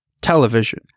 television